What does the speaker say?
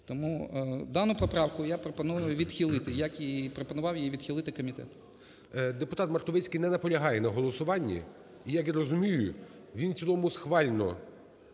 Тому дану поправку я пропоную відхилити, як і пропонував її відхилити комітет. ГОЛОВУЮЧИЙ. Депутат Мартовицький не наполягає на голосуванні. Як я розумію, він в цілому схвально